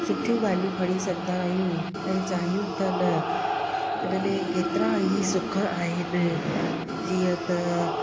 सुठियूं ॻाल्हियूं खणी सघंदा आहियूं ऐं चाहियूं त न हिन में केतिरा ई सुख आहिनि जीअं त